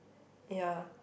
ya